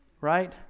right